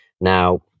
Now